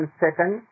second